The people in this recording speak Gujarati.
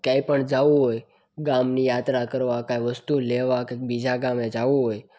ક્યાંય પણ જવું હોય ગામની યાત્રા કરવા કંઈક વસ્તુ લેવા કાંઈક બીજા ગામે જવું હોય